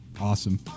awesome